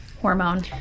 hormone